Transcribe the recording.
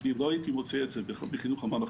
כי אם לא הייתי מוצא את זה בחינוך הממלכתי